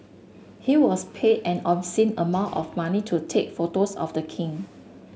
he was paid an obscene amount of money to take photos of the king